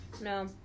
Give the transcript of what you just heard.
No